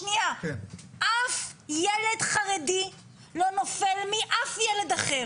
אף ילד חרדי לא נופל מאף ילד אחר,